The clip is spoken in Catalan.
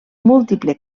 múltiple